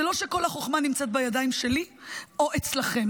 זה לא שכל החוכמה נמצאת בידיים שלי או אצלכם.